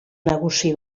nagusi